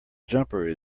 jumper